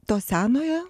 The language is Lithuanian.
to senojo